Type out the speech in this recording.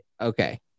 Okay